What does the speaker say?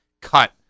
cut